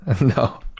no